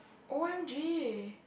O_M_G